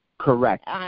Correct